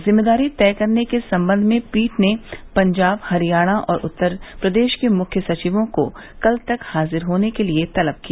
जिम्मेदारी तय करने के संबंध में पीठ ने पंजाब हरियाणा और उत्तर प्रदेश के मुख्य सचिवों को कल तक हाजिर होने के लिए तलब किया